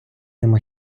нема